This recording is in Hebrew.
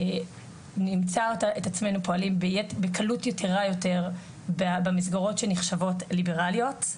נמצא את עצמנו פועלים בקלות יתרה יותר במסגרות שנחשבות ליברליות,